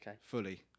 fully